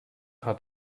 hat